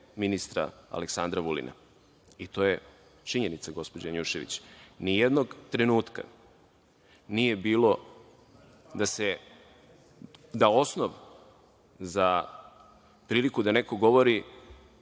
ministra Aleksandra Vulina, i to je činjenica, gospođo Janjušević. Ni jednog trenutka nije bilo da osnov za priliku da neko govori